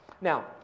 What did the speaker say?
Now